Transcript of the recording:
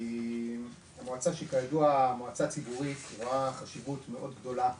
המועצה שהיא כידוע מועצה ציבורית רואה חשיבות מאוד גדולה,